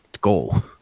goal